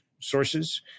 sources